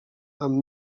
amb